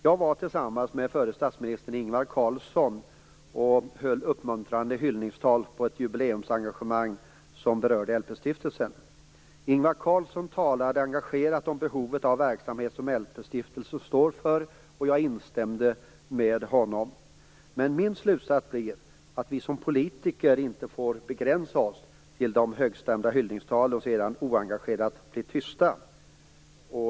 Jag var tillsammans med förre statsministern Ingvar Carlsson och höll uppmuntrande hyllningstal vid ett jubileumsarrangemang som berörde LP-stiftelsen. Ingvar Carlsson talade engagerat om behovet av sådan verksamhet som LP-stiftelsen står för, och det instämde jag i. Min slutsats blev att vi som politiker inte får begränsa oss till högstämda hyllningstal och sedan oengagerat bli tysta.